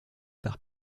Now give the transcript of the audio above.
par